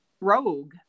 rogue